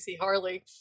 Harley